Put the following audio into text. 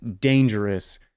dangerous